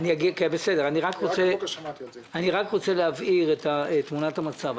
אני רק רוצה להבהיר את תמונת המצב.